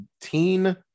teen